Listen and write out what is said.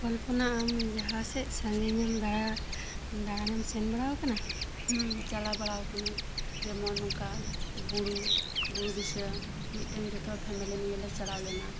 ᱠᱚᱞᱯᱚᱱᱟ ᱟᱢ ᱡᱟᱦᱟᱸ ᱥᱮᱫ ᱥᱟᱸᱜᱤᱧᱮᱢ ᱫᱟᱬᱟ ᱫᱟᱬᱟᱱᱮᱢ ᱥᱮᱱ ᱵᱟᱲᱟ ᱟᱠᱟᱱᱟ ᱦᱚᱸᱢ ᱪᱟᱞᱟᱣ ᱵᱟᱲᱟ ᱟᱠᱟᱱᱟᱹᱧ ᱡᱮᱢᱚᱱ ᱱᱚᱝᱠᱟ ᱵᱩᱨᱩ ᱵᱩᱨᱩ ᱫᱤᱥᱚᱢ ᱢᱤᱜᱴᱟᱝ ᱡᱚᱛᱚ ᱦᱚᱲ ᱯᱷᱮᱢᱤᱞᱤ ᱱᱤᱭᱟᱹ ᱞᱮ ᱪᱟᱞᱟᱣ ᱞᱮᱱᱟ